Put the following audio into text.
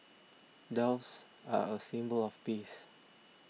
doves are a symbol of peace